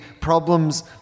problems